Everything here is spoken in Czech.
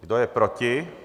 Kdo je proti?